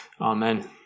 Amen